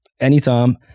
Anytime